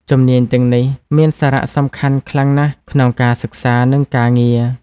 ជំនាញទាំងនេះមានសារៈសំខាន់ខ្លាំងណាស់ក្នុងការសិក្សា និងការងារ។